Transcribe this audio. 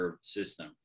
system